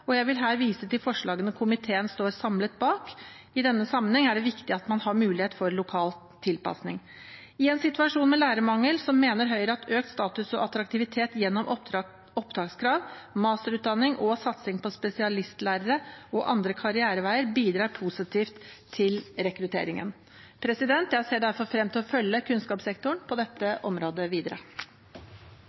forslagene som komiteen står samlet bak. I denne sammenheng er det viktig at man har mulighet for lokal tilpasning. I en situasjon med lærermangel mener Høyre at økt status og attraktivitet gjennom opptakskrav, masterutdanning og satsing på spesialistlærere og andre karriereveier bidrar positivt til rekrutteringen. Jeg ser derfor frem til å følge kunnskapssektoren på dette området videre.